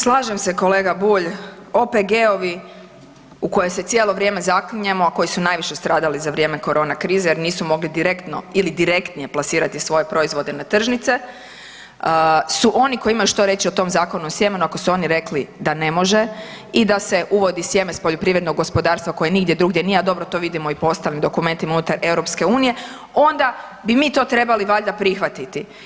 Slažem se kolega Bulj, OPG-ovi u koje se cijelo vrijeme zaklinjemo, a koji su najviše stradali za vrijeme Korona krize, jer nisu mogli direktno ili direktnije plasirati svoje proizvode na tržnice, su oni što imaju što reći o tom Zakonu o sjemenu ako su oni rekli da ne može i da se uvodi sjeme s poljoprivrednog gospodarstva koje nigdje drugdje nije, a dobro to vidimo i po ostalim dokumentima unutar Europske unije, onda bi mi to trebali valjda prihvatiti.